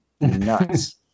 nuts